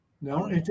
no